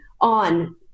on